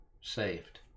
saved